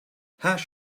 hash